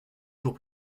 jours